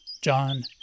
John